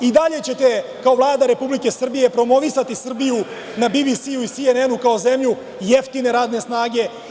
I dalje ćete kao Vlada Republike Srbije promovisati Srbiju na BBS i SNN kao zemlju jeftine radne snage.